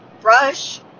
brush